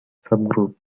subgroup